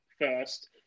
first